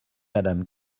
madame